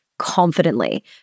confidently